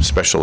special